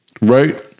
right